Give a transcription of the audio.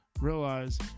Realize